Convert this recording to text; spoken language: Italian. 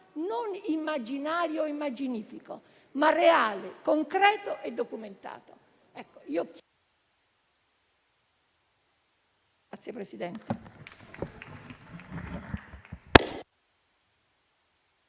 non immaginario o immaginifico, ma reale, concreto e documentato.